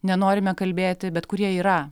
nenorime kalbėti bet kurie yra